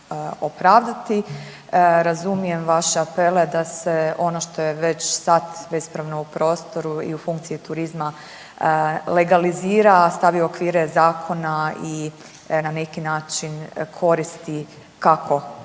Razumijem vaše apele da se ono što je već sad bespravno u prostoru i u funkciji turizma legalizira, stavi u okvire zakona i na neki način koristi kako